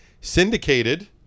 syndicated